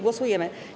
Głosujemy.